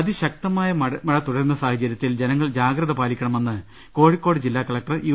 അതിശക്തമായ മഴ തുടരുന്ന സാഹച്ചര്യത്തിൽ ജനങ്ങൾ ജാഗ്രത പാലിക്കണമെന്ന് കോഴിക്കോട് ജില്ലാ കലക്ടർ യു